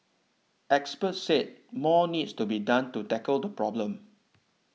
experts said more needs to be done to tackle the problem